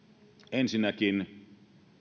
ensinnäkin